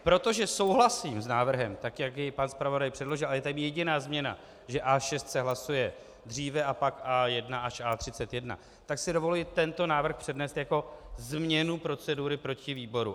Protože souhlasím s návrhem, tak jak jej pan zpravodaj předložil, a je tam jediná změna, že A6 se hlasuje dříve a pak A1 až A31, tak si dovoluji tento návrh přednést jako změnu procedury proti výboru.